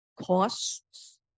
costs